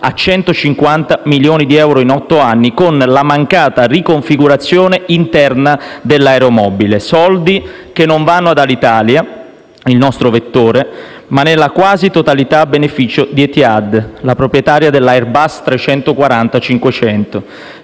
a 150 milioni di euro in otto anni, con la mancata riconfigurazione interna dell'aeromobile. Si tratta di soldi che non vanno ad Alitalia, il nostro vettore, ma nella quasi totalità a beneficio di Etihad, la proprietaria dell'Airbus A340-500.